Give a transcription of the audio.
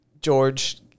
George